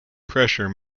pressure